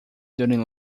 during